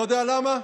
אתה יודע למה?